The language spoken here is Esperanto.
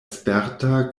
sperta